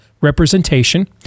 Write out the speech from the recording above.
representation